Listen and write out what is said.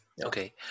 Okay